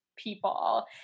people